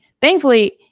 Thankfully